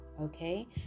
okay